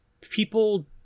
People